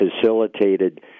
facilitated